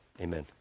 amen